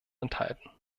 enthalten